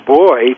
boy